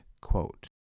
quote